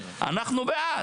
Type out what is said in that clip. אנחנו בעד.